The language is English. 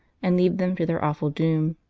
and leave them to their awful doom.